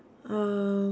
um